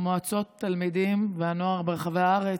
מועצות התלמידים והנוער ברחבי הארץ,